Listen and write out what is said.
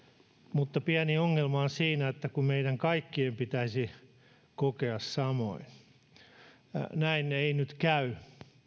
mutta pieni ongelma on siinä että kun meidän kaikkien pitäisi kokea samoin näin ei nyt käy